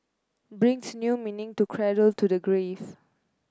brings new meaning to cradle to the grave